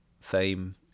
fame